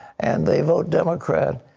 and they vote democrat.